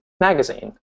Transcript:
magazine